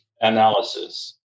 analysis